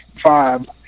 five